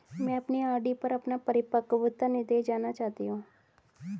मैं अपनी आर.डी पर अपना परिपक्वता निर्देश जानना चाहती हूँ